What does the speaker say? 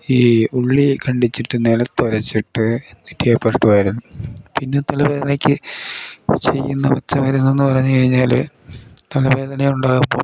ഈ ഉള്ളി കണ്ടിച്ചിട്ട് നിലത്ത് ഒരച്ചിട്ട് നെറ്റിയെ പുരട്ടുവായിരുന്നു പിന്നെ തലവേദനയ്ക്ക് ചെയ്യുന്ന പച്ചമരുന്നെന്ന് പറഞ്ഞു കഴിഞ്ഞാൽ തലവേദന ഉണ്ടാകുമ്പം